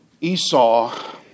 Esau